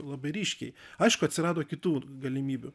labai ryškiai aišku atsirado kitų galimybių